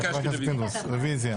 רביזיה.